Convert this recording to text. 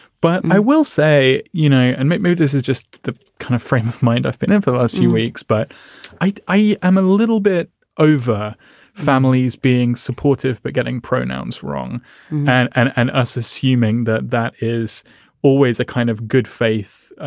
but i will say, you know, and maybe this is just the kind of frame of mind i've been in the last few weeks, but i i am a little bit over families being supportive but getting pronouns wrong and and and us assuming that that is always a kind of good faith.